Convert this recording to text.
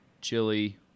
chili